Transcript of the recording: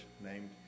named